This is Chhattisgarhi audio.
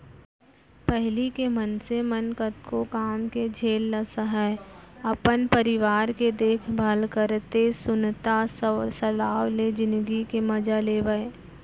पहिली के मनसे मन कतको काम के झेल ल सहयँ, अपन परिवार के देखभाल करतए सुनता सलाव ले जिनगी के मजा लेवयँ